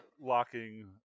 Locking